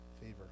favor